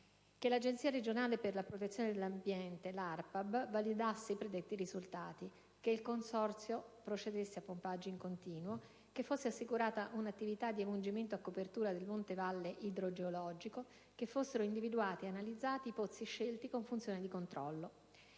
che l'Agenzia regionale per la protezione dell'ambiente validasse i predetti risultati; che il Consorzio procedesse a pompaggi in continuo; che fosse assicurata una attività di emungimento a copertura del monte-valle idrogeologico; che fossero individuati e analizzati i pozzi scelti con funzione di controllo.